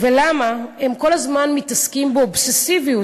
למה הם כל הזמן מתעסקים באובססיביות